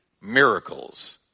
miracles